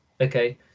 Okay